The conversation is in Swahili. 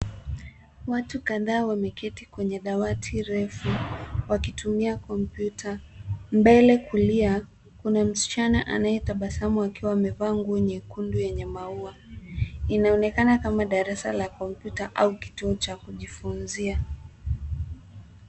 Watu kadhaa wameketi kwenye dawati refu wakitumia kompyuta. Mbele kulia, kuna msichana anayetabasamu akiwa amevaa nguo nyekundu yenye maua . Inaonekana kama darasa la kompyuta au kituo cha kujifunzia.